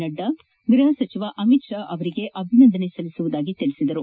ನಡ್ಡಾ ಗೃಹ ಸಚಿವ ಅಮಿತ್ ಶಾ ಅವರಿಗೆ ಅಭಿನಂದನೆ ಸಲ್ಲಿಸುವುದಾಗಿ ತಿಳಿಸಿದರು